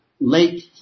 late